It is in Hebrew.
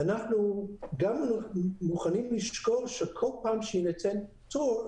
אנחנו גם מוכנים לשקול שכל פעם שיינתן פטור,